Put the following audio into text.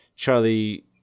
Charlie